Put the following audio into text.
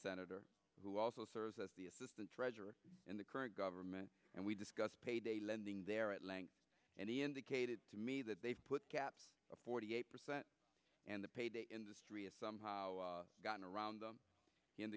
senator who also serves as the assistant treasurer in the current government and we discussed payday lending there at length and he indicated to me that they've put caps a forty eight percent and the payday industry is somehow gotten around them